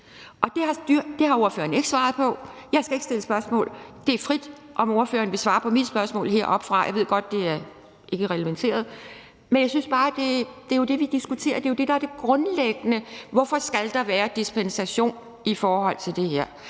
Det har ordføreren ikke svaret på. Jeg skal ikke stille spørgsmål. Det er frit, om ordføreren vil svare på mit spørgsmål heroppefra. Jeg ved godt, at det ikke er reglementeret, men jeg synes bare, at det jo er det, vi diskuterer. Det er jo det, der er det grundlæggende. Hvorfor skal der være dispensation i forhold til det her?